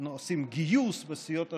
שעושים גיוס בסיעות השונות,